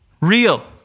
real